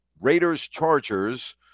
Raiders-Chargers